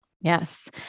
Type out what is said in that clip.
Yes